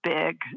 big